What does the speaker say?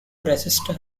resistor